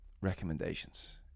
recommendations